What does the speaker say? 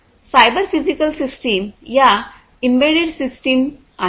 cyber physical system या embedded system आहेत